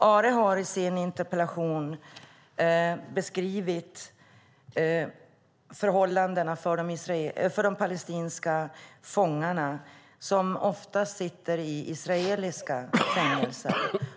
Arhe har i sin interpellation beskrivit förhållandena för de palestinska fångarna som oftast sitter i israeliska fängelser.